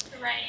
Right